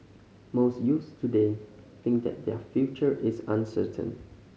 most youths today think that their future is uncertain